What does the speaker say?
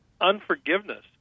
unforgiveness